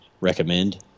recommend